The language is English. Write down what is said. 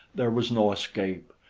there was no escape.